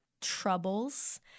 troubles